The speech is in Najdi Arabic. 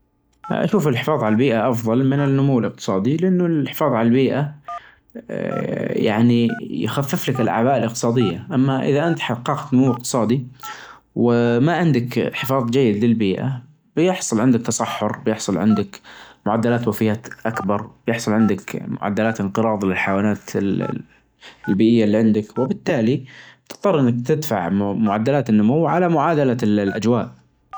اكيد طبعا في شعراء مشهورين جدا في العصر الحديث سواء في المملكة او براه المملكة يمكن اشهرهم في الاونة الاخيرة ناصر الفراعنة برنامج شاعر مليون طلع الصراحة شعراء يعني في الشعر الحديث اقوياء جدا جدا جدا الشعر الحديث الحين يظاهي الشعر القديم والتاريخي والتراثي.